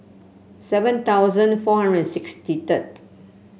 seven thousand four hundred sixty threerd